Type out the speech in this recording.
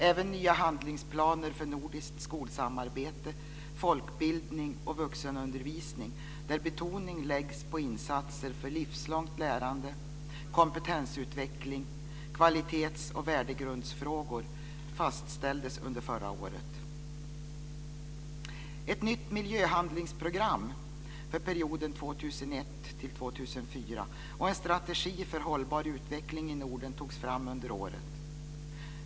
Även nya handlingsplaner för nordiskt skolsamarbete och för folkbildning och vuxenundervisning där betoning läggs på insatser för livslångt lärande, kompetensutveckling, kvalitets och värdegrundsfrågor fastställdes under förra året. Norden togs fram under året.